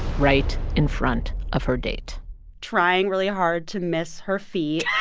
right in front of her date trying really hard to miss her feet